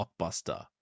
blockbuster